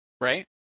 right